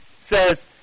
says